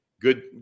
good